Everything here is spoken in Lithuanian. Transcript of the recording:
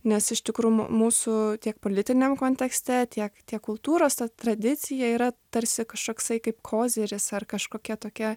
nes iš tikrų mū mūsų tiek politiniam kontekste tiek tiek kultūros ta tradicija yra tarsi kažkoksai kaip koziris ar kažkokia tokia